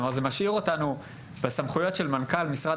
כלומר זה משאיר אותנו - בסמכויות של מנכ"ל משרד